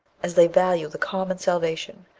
as they value the common salvation,